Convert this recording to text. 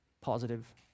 positive